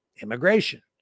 Immigration